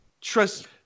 Trust